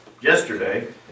yesterday